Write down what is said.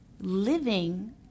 living